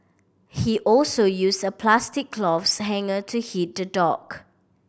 he also used a plastic cloths hanger to hit the dog